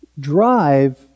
drive